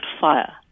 fire